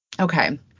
Okay